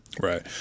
Right